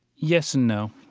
yes and no.